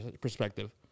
perspective